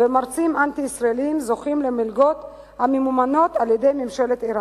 ומרצים אנטי-ישראלים זוכים למלגות הממומנות על-ידי ממשלת אירן.